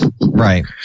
Right